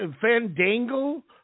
Fandango